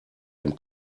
dem